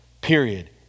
period